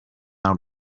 out